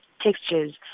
textures